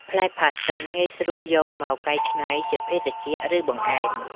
ផ្លែផាសសិនងាយស្រួលយកមកកែច្នៃជាភេសជ្ជៈ ឬបង្អែម។